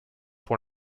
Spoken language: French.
pour